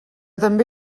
també